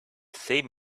same